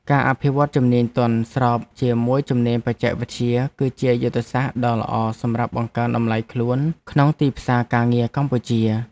ការអភិវឌ្ឍជំនាញទន់ស្របជាមួយជំនាញបច្ចេកវិទ្យា គឺជាយុទ្ធសាស្ត្រដ៏ល្អសម្រាប់បង្កើនតម្លៃខ្លួនក្នុងទីផ្សារការងារកម្ពុជា។